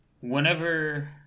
whenever